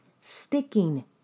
sticking